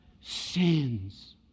sins